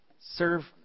Serve